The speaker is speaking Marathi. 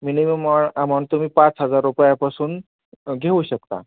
मिनिमम अमाऊंट तुम्ही पाच हजार रुपयापासून घेऊ शकता